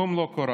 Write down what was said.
כלום לא קרה.